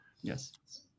Yes